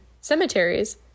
cemeteries